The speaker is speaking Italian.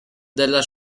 della